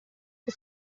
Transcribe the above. che